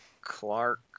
Clark